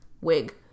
wig